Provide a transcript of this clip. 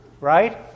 right